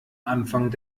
anfang